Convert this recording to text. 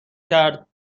کرد